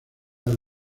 del